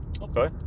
Okay